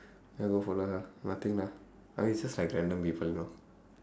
then I go follow her nothing lah I mean it's just random people lor